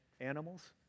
animals